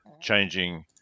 changing